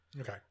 Okay